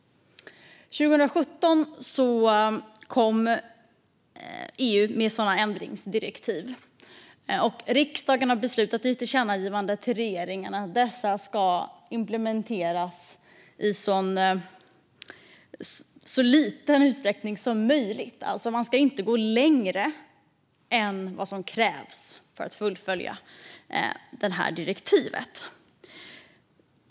År 2017 kom EU med ändringsdirektiv, och riksdagen beslutade om ett tillkännagivande till regeringen om att dessa ska implementeras i så liten utsträckning som möjligt. Man ska alltså inte gå längre än vad som krävs för att genomföra det här direktivet.